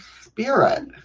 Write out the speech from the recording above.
spirit